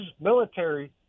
military